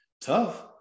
tough